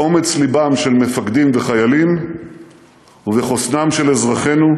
באומץ לבם של מפקדים וחיילים ובחוסנם של אזרחינו,